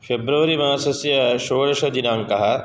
फ़ेब्रवरि मासस्य षोडशदिनाङ्कः